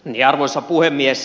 arvoisa puhemies